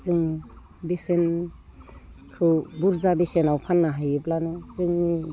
जों बेसेनखौ बुरजा बेसेनाव फाननो हायोब्लानो जोंनि